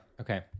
okay